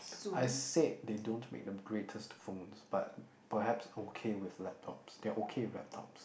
I said they don't make the greatest phones but perhaps okay with laptops they are okay with laptops